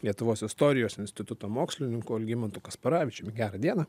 lietuvos istorijos instituto mokslininku algimantu kasparavičiumi gera diena